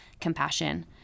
compassion